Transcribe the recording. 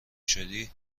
شدی